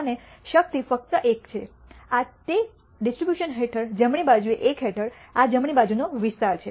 અને શક્તિ ફક્ત 1 છે આ તે આ ડિસ્ટ્રીબ્યુશન હેઠળ જમણી બાજુએ 1 હેઠળ આ જમણી બાજુનો વિસ્તાર છે